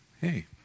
hey